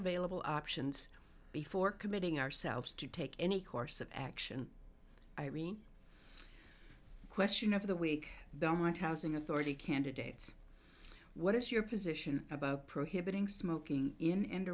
available options before committing ourselves to take any course of action irene question of the week government housing authority candidates what is your position about prohibiting smoking in and